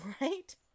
Right